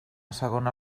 segona